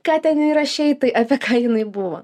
ką ten įrašei tai apie ką jinai buvo